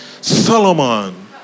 Solomon